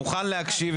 מוכן להקשיב.